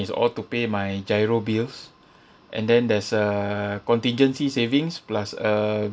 is all to pay my giro bills and then there's a contingency savings plus a